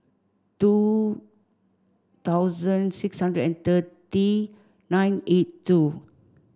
two thousand six hundred and thirty nine eight two